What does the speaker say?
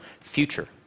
future